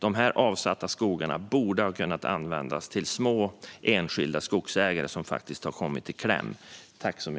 Dessa avsatta skogar borde ha kunnat användas till små, enskilda skogsägare som faktiskt har kommit i kläm.